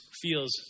feels